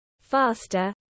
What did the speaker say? faster